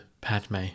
Padme